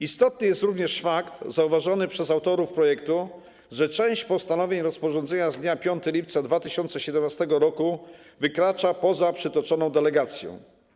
Istotny jest również zauważony przez autorów projektu fakt, że część postanowień rozporządzenia z dnia 5 lipca 2017 r. wykracza poza przytoczoną delegację.